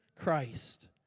Christ